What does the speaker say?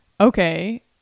okay